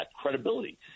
credibility